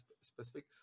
specific